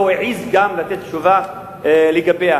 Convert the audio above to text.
לא העז לתת תשובה עליה,